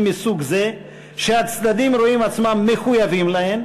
מסוג זה שהצדדים רואים עצמם מחויבים להן,